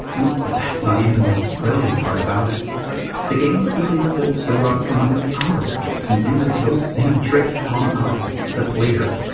and that's not even the most brilliant part about it the game even pulls the rug from under our feet and uses those same tricks on us the player.